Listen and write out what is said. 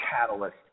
catalyst